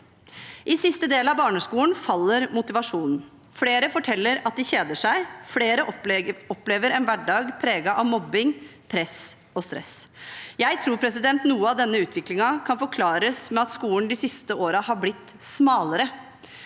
I siste del av barneskolen faller motivasjonen. Flere forteller at de kjeder seg, og flere opplever en hverdag preget av mobbing, press og stress. Jeg tror noe av denne utviklingen kan forklares med at skolen de siste årene har blitt smalere.